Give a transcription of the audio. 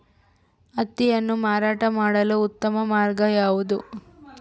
ಹತ್ತಿಯನ್ನು ಮಾರಾಟ ಮಾಡಲು ಉತ್ತಮ ಮಾರ್ಗ ಯಾವುದು?